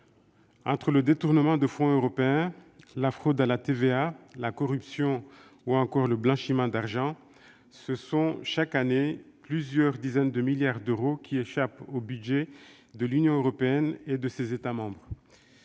Entre le détournement de fonds européens, la fraude à la TVA, la corruption ou encore le blanchiment d'argent, ce sont, chaque année, plusieurs dizaines de milliards d'euros qui échappent au budget de l'Union européenne et de ses États membres.